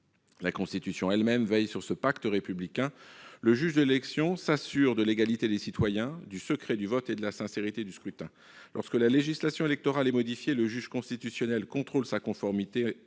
La Constitution elle-même veille sur ce pacte républicain. Le juge de l'élection s'assure de l'égalité des citoyens, du secret du vote et de la sincérité du scrutin. Lorsque la législation électorale est modifiée, le juge constitutionnel contrôle sa conformité